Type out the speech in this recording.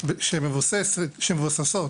שמבוססות